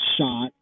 shot